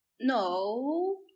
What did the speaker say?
no